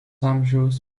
amžiaus